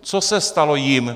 Co se stalo jim?